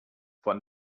von